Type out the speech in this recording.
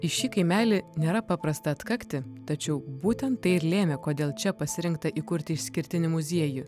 į šį kaimelį nėra paprasta atkakti tačiau būtent tai ir lėmė kodėl čia pasirinkta įkurti išskirtinį muziejų